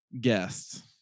guest